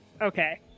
Okay